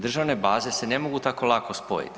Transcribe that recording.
Državne baze se ne mogu tako lako spojiti.